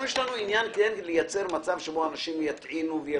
עניין לייצר מצב שבו אנשים יטעינו.